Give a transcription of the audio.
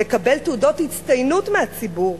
מקבל תעודות הצטיינות מהציבור,